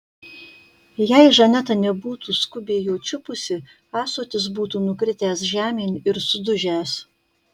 jei žaneta nebūtų skubiai jo čiupusi ąsotis būtų nukritęs žemėn ir sudužęs